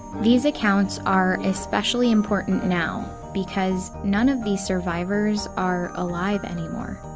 these accounts are especially important now because none of these survivors are alive anymore.